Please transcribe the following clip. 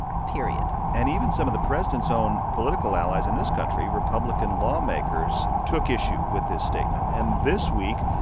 period and even some of the president's own political allies in this country, republican lawmakers, took issue with this statement. and this week,